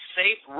safe